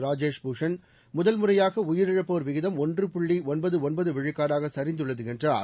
ராஜேஷ் பூஷன் முதல்முறையாக உயரிழப்போர் விகிதம் ஒன்று புள்ளி ஒன்பது ஒன்பது விழுக்காடாக சரிந்துள்ளது என்றார்